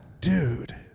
Dude